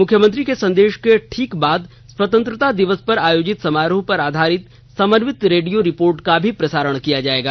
मुख्यमंत्री के संदेश के ठीक बाद स्वतंत्रता दिवस पर आयोजित समारोह पर आधारित समन्वित रेडियो रिपोर्ट का भी प्रसारण किया जाएगा